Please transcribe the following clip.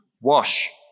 wash